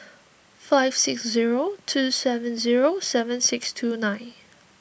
five six zero two seven zero seven six two nine